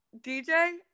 DJ